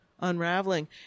unraveling